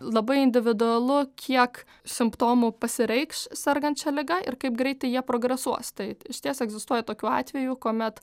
labai individualu kiek simptomų pasireikš sergant šia liga ir kaip greitai jie progresuos tai išties egzistuoja tokių atvejų kuomet